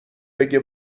بگه